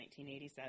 1987